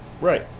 Right